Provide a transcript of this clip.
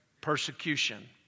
persecution